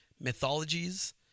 mythologies